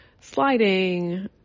sliding